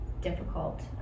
difficult